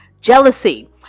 jealousy